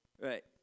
Right